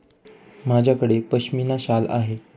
माझ्याकडे पश्मीना शाल आहे